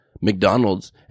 McDonald's